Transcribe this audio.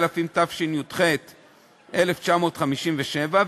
התשי"ח 1957,